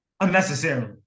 Unnecessarily